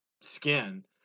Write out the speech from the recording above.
skin